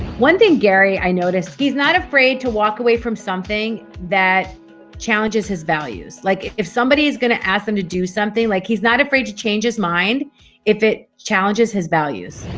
one thing gary, i noticed, he's not afraid to walk away from something that challenges his values. like if somebody is going to ask them to do something like he's not afraid to change his mind if it challenges his values.